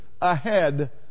ahead